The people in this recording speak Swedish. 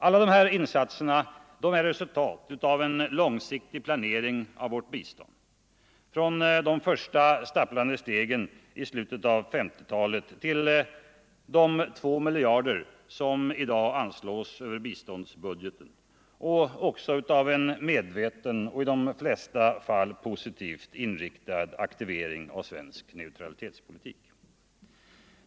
Alla dessa insatser är resultatet av en långsiktig planering av vårt bistånd från de första stapplande stegen i slutet av 1950-talet till de två miljarder som i dag anslås över biståndsbudgeten och av en medveten och i de flesta fall positivt inriktad aktivering av svensk neutralitetspolitik.